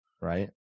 right